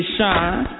Shine